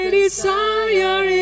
desire